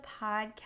podcast